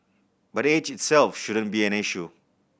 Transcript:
but age itself shouldn't be an issue